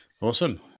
awesome